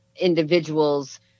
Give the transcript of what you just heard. individuals